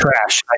trash